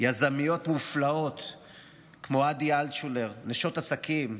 יזמיות מופלאות כמו עדי אלטשולר, נשות עסקים,